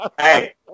Hey